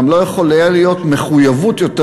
גם לא יכולה הייתה להיות מחויבות יותר